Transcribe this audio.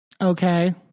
Okay